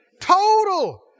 Total